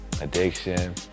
addiction